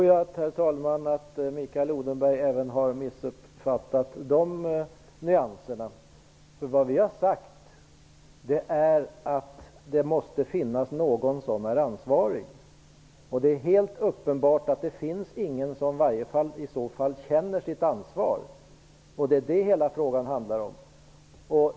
Herr talman! Jag tror att Mikael Odenberg har missuppfattat nyanserna även på den punkten. Vad vi har sagt är att det måste finnas någon som är ansvarig. Det är helt uppenbart att det inte finns någon som känner detta ansvar. Det är det som hela frågan handlar om.